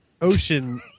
ocean